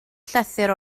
llythyr